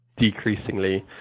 decreasingly